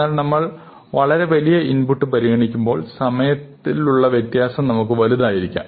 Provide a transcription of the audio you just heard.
എന്നാൽ നമ്മൾ വളരെ വലിയ ഇൻപുട്ട് പരിഗണിക്കുമ്പോൾ സമയത്തിൽ ഉള്ള വ്യത്യാസം വളരെ വലുതായിരിക്കും